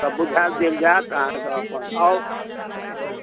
सभ बुझा देल जायत अहाँकेँ अपन आउ तखन कोइ बात